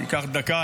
זה ייקח דקה.